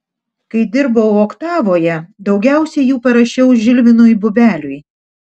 kai dirbau oktavoje daugiausiai jų parašiau žilvinui bubeliui